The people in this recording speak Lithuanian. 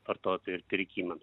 vartotojų pirkimams